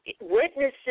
witnesses